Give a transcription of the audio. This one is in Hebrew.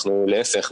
להיפך,